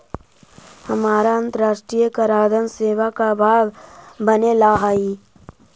हमारा अन्तराष्ट्रिय कराधान सेवा का भाग बने ला हई